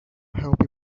help